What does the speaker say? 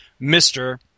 Mr